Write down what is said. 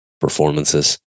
performances